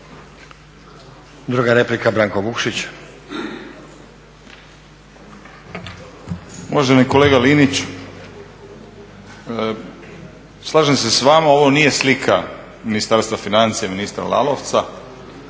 **Vukšić, Branko (Nezavisni)** Uvaženi kolega Linić, slažem se s vama ovo nije slika Ministarstva financija, ministra Lalovca,